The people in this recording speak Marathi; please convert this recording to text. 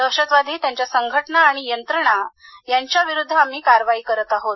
दहशतवादी त्यांच्या संघटना आणि यंत्रणा यांच्या विरुद्ध आम्ही कारवाई करत आहोत